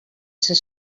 ser